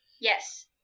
Yes